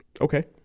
Okay